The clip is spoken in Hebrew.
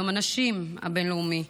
יום הנשים הבין-לאומי.